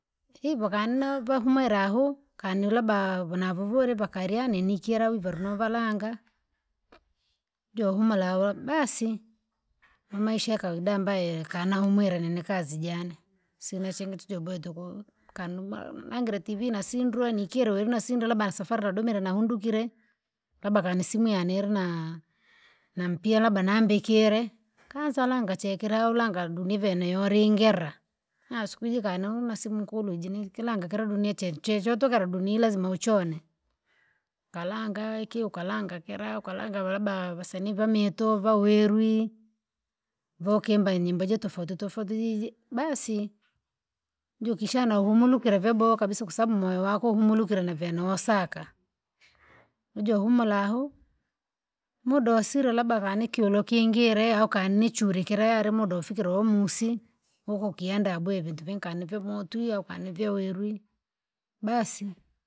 vakano vohumwere ahuu kana labda vunavuvuele vakalya nini kerya wivaru novalanga, johumura awa basi, nomaisha yakawaida ambaye kanahumwire nini kazi jane, sina chocho bweto tuku. Kana umla langire tv na sindre nikila wi nasindre labda nsafara nadomira nahundukire, labda kaa ni simu yanirna, nampiya labda nambikire, kaanzalanga cheke lauranga dunive nouringira, siku iji kani una simu nkulujini kilanga kila dunia che- chechotokera dunia lazima uchone. Kalanga iki ukalanga kila ukalanga ava- labda vasanii vamito uva werwi, vokimba inyimbo jatofauti tofauti jiji basi, jokishana uhumulukele vyabowa kabisa kwasababu moyo wako humulukira navyonosaka, ujo uhumula ahu, muda usira labda kanikiolo kingile au kanichure kilare muda ufikire umusi ukukienda abwe vintu vinkani vyamotwi au kani vyawerwi, basi.